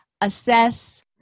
assess